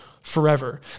Forever